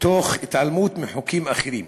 תוך התעלמות מחוקים אחרים,